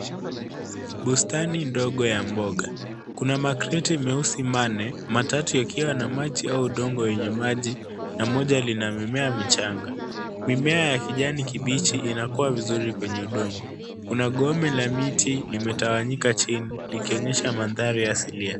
Bustani ndogo ya mboga. Kuna makreti meusi manne matatu yakiwa na maji au udongo wenye maji na moja lina mimea michanga. Mimea ya kijani kibichi inakua vizuri kwenye udongo. Kuna gome la miti limetawanyika chini likionyesha mandhari asilia.